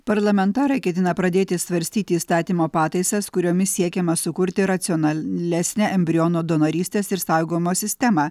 parlamentarai ketina pradėti svarstyti įstatymo pataisas kuriomis siekiama sukurti racionalesnę embriono donorystės ir saugojimo sistemą